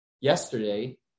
Yesterday